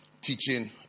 Teaching